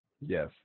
Yes